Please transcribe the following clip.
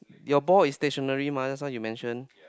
your ball is stationary mah just now you mention